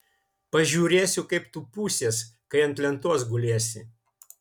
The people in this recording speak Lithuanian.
pažiūrėsiu kaip tu pūsies kai ant lentos gulėsi